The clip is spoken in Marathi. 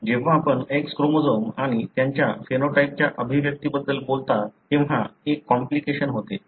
जेव्हा आपण X क्रोमोझोम आणि त्यांच्या फिनोटाइपच्या अभिव्यक्तीबद्दल बोलता तेव्हा एक कॉम्प्लिकेशन होते